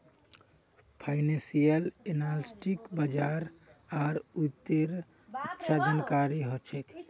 financial एनालिस्टक बाजार आर वित्तेर अच्छा जानकारी ह छेक